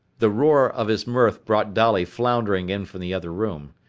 the roar of his mirth brought dolly floundering in from the other room.